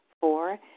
Four